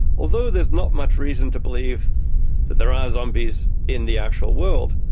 although there's not much reason to believe that there are zombies in the actual world,